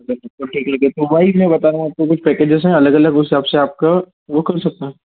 बिल्कुल ठीक लगे तो वही मैं बता रहा हूँ आपको कुछ पैकेजेस हैं अलग अलग उस हिसाब से आपका वो कर सकते हैं